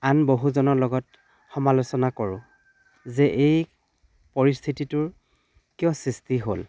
আন বহুজনৰ লগত সমালোচনা কৰোঁ যে এই পৰিস্থিতিটোৰ কিয় সৃষ্টি হ'ল